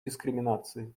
дискриминации